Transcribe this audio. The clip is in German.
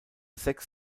sechs